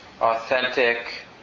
authentic